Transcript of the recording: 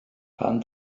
pam